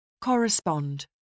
Correspond